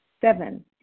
Seven